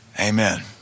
amen